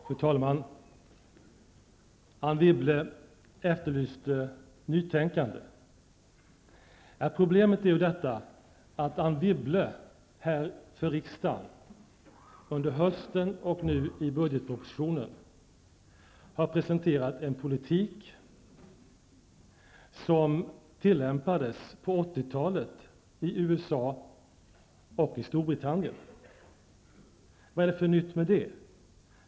Fru talman! Anne Wibble efterlyste nytänkande. Problemet är ju att Anne Wibble för riksdagen under hösten och nu i budgetpropositionen har presenterat en politik som på 80-talet tillämpades i USA och i Storbritannien. Vad är det för nytt med den?